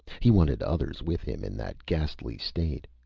he wanted others with him in that ghastly state.